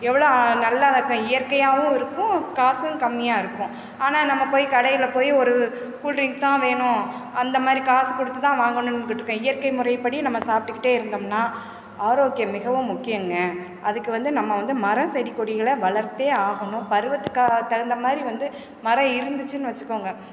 எவ்வளோ நல்லாவாருக்கும் இயற்கையாகவும் இருக்கும் காசும் கம்மியாக இருக்கும் ஆனால் நம்ம போய் கடையில் போய் ஒரு கூல்ட்ரிங்க்ஸ் தான் வேணும் அந்த மாதிரி காசு கொடுத்து தான் வாங்கணுன்கிட்டிருக்கோம் இயற்கை முறைப்படி நம்ம சாப்பிட்டுக்கிட்டே இருந்தம்னால் ஆரோக்கியம் மிகவும் முக்கியங்க அதுக்கு வந்து நம்ம வந்து மர செடி கொடிகளை வளர்த்தே ஆகணும் பருவத்துக்காக தகுந்த மாதிரி வந்து மரம் இருந்துச்சின்னு வச்சிக்கோங்க